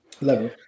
level